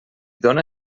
dóna